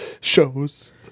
shows